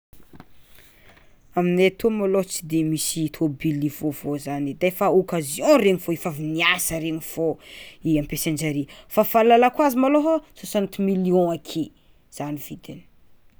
Aminay tô malôha tsy de misy tôbily vaovao edy e fa occasion regny fô efa niasa regny fô i ampiasainjare fa fahalalako azy malôha soixante million ake zany vidiny.